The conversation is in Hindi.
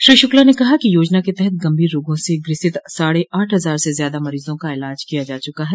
श्री शुक्ला ने कहा कि योजना के तहत गंभीर रोगों से ग्रसित साढ़े आठ हजार से ज़्यादा मरीजों का इलाज किया जा चुका है